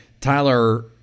Tyler